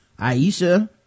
Aisha